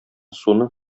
суны